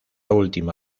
última